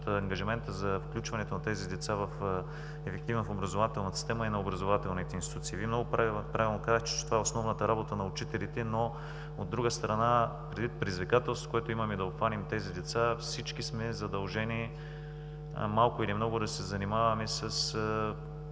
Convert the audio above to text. от ангажимента за включването на тези деца ефективно в образователната система е на образователните институции. Вие много правилно казахте, че това е основната работа на учителите, но, от друга страна, предвид предизвикателството, което имаме да обхванем тези деца, всички сме задължени малко или много да се занимаваме с